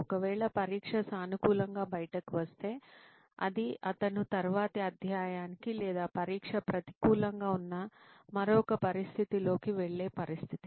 ఒకవేళ పరీక్ష సానుకూలంగా బయటకు వస్తే అది అతను తరువాతి అధ్యాయానికి లేదా పరీక్ష ప్రతికూలంగా ఉన్న మరొక పరిస్థితిలోకి వెళ్ళే పరిస్థితి